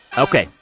ok.